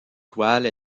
toile